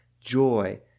joy